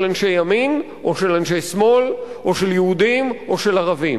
אנשי ימין או של אנשי שמאל או של יהודים או של ערבים.